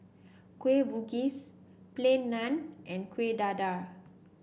Kueh Bugis Plain Naan and Kuih Dadar